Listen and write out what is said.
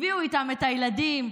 הביאו איתם את הילדים,